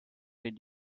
did